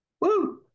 Woo